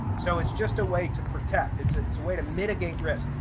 so it's just a way to protect it's ah it's a way to mitigate risk.